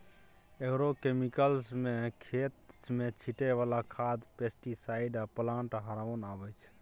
agrochemicals मे खेत मे छीटय बला खाद, पेस्टीसाइड आ प्लांट हार्मोन अबै छै